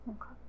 Okay